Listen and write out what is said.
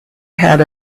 had